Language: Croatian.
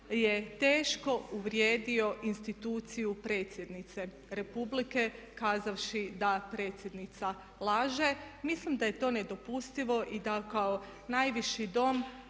je teško uvrijedio instituciju predsjednice Republike kazavši da predsjednica laže. Mislim da je to nedopustivo i da kao najviši Dom,